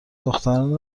دختران